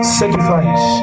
sacrifice